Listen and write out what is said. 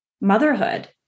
motherhood